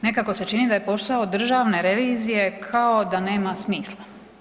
Nekako se čini da je posao Državne revizije kao da nema smisla.